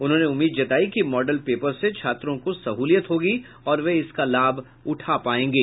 उन्होंने उम्मीद जतायी कि मॉडल पेपर से छात्रों को सहुलियत होगी और वे इसका लाभ उठा सकेंगे